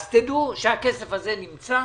אז תדעו שהכסף הזה נמצא,